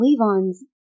Levon's